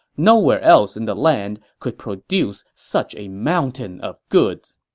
nowhere else in the land could produce such a mountain of goods.